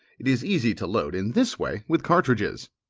it is easy to load in this way with cartridges.